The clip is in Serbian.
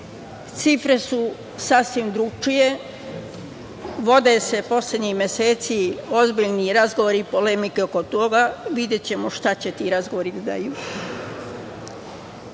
Cifre su sasvim drugačije. Vode se poslednjih meseci ozbiljni razgovori i polemike oko toga. Videćemo šta će ti razgovori da daju.